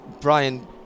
Brian